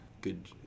good